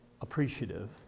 appreciative